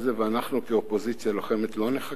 אנחנו כאופוזיציה לוחמת לא נחכה,